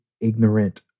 ignorant